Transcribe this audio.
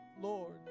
Lord